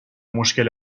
مشکل